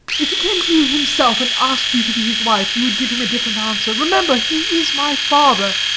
if he came to you himself and asked you to be his wife you would give him a different answer. remember, he is my father.